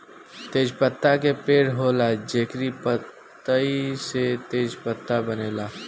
तेजपात के पेड़ होला जेकरी पतइ से तेजपात बनेला